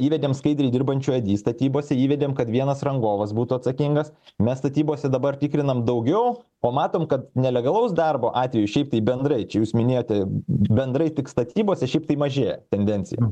įvedėm skaidriai dirbančių edi statybose įvedėm kad vienas rangovas būtų atsakingas mes statybose dabar tikrinam daugiau o matom kad nelegalaus darbo atvejų šiaip tai bendrai čia jūs minėjote bendrai tik statybose šiaip tai mažėja tendencijų